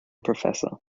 professor